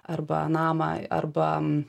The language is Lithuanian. arba namą arba